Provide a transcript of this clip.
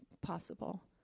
possible